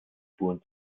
spuren